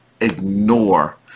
ignore